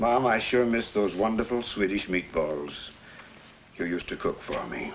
mom i sure miss those wonderful swedish meatballs you used to cook for me